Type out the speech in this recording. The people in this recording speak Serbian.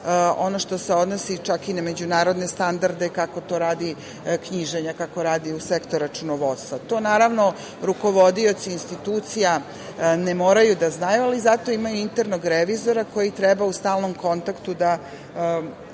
ono što se odnosi čak i na međunarodne standarde, kako to radi knjiženja, kako radi sektor računovodstva. To, naravno, rukovodioci institucija ne moraju da znaju, ali zato imaju internog revizora koji treba u stalnom kontaktu da